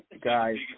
Guys